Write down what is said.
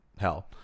hell